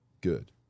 good